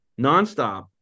nonstop